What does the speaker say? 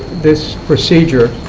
this procedure.